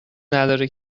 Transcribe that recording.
نداره